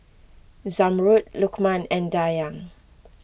Zamrud Lukman and Dayang